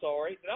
sorry